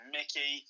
Mickey